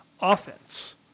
offense